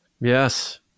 yes